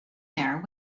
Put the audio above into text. there